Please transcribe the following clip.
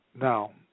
Now